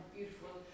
beautiful